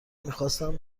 میخواستم